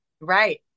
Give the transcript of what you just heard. Right